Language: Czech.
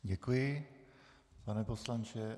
Děkuji, pane poslanče.